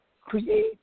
create